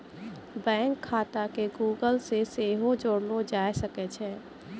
bank खाता के Google से सेहो जोड़लो जाय सकै छै